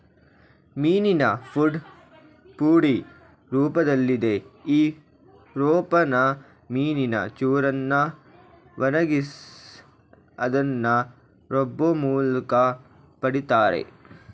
ಮೀನಿನ ಫುಡ್ ಪುಡಿ ರೂಪ್ದಲ್ಲಿದೆ ಈ ರೂಪನ ಮೀನಿನ ಚೂರನ್ನ ಒಣಗ್ಸಿ ಅದ್ನ ರುಬ್ಬೋಮೂಲ್ಕ ಪಡಿತಾರೆ